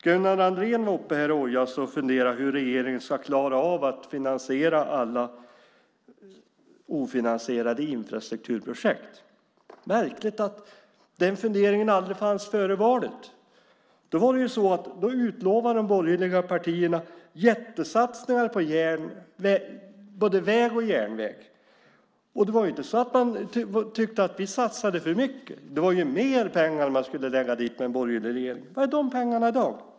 Gunnar Andrén var uppe och ojade sig över hur regeringen ska klara av att finansiera alla ofinansierade infrastrukturprojekt. Det är märkligt att den funderingen aldrig fanns före valet. Då utlovade de borgerliga partierna jättesatsningar på både väg och järnväg. Det var inte så att man tyckte att vi satsade för mycket. Det var ju mer pengar man skulle lägga in med en borgerlig regering. Var är de pengarna i dag?